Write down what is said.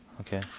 Okay